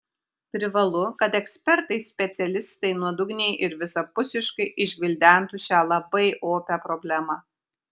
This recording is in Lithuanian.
privalu kad ekspertai specialistai nuodugniai ir visapusiškai išgvildentų šią labai opią problemą